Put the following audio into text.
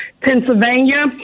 Pennsylvania